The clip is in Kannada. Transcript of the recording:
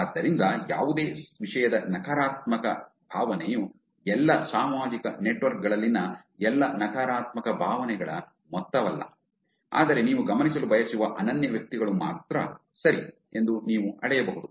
ಆದ್ದರಿಂದ ಯಾವುದೇ ವಿಷಯದ ನಕಾರಾತ್ಮಕ ಭಾವನೆಯು ಎಲ್ಲಾ ಸಾಮಾಜಿಕ ನೆಟ್ವರ್ಕ್ ಗಳಲ್ಲಿನ ಎಲ್ಲಾ ನಕಾರಾತ್ಮಕ ಭಾವನೆಗಳ ಮೊತ್ತವಲ್ಲ ಆದರೆ ನೀವು ಗಮನಿಸಲು ಬಯಸುವ ಅನನ್ಯ ವ್ಯಕ್ತಿಗಳು ಮಾತ್ರ ಉಲ್ಲೇಖಿತ ಸಮಯ 3652 ಸರಿ ಎಂದು ನೀವು ಅಳೆಯಬಹುದು